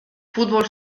futbol